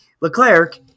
Leclerc